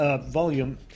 volume